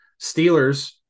Steelers